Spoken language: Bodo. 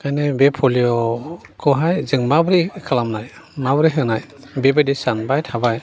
ओंखायनो बे पलिय'खौहाय जों माब्रै खालामनो माब्रै होनाय बेबादि सानबाय थाबाय